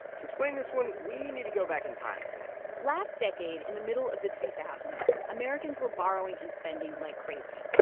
to explain this one, we need to go back in time a bit last decade, in the middle of the two thousand s, americans were borrowing and spending like crazy.